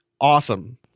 Awesome